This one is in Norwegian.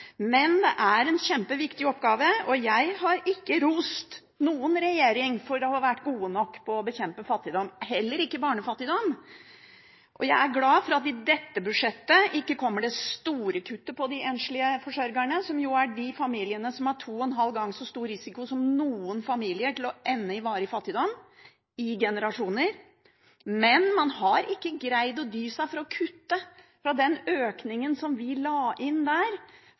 jeg har ikke rost noen regjering for å ha vært gode nok på å bekjempe fattigdom, heller ikke barnefattigdom. Jeg er glad for at det i dette budsjettet ikke kommer det store kuttet for de enslige forsørgerne, som jo er de familiene som har to og en halv gang så stor risiko som noen familier, til å ende i varig fattigdom i generasjoner. Men man har ikke greid å dy seg for å kutte i den økningen vi la inn der,